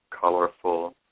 colorful